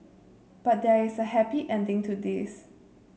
but there is a happy ending to this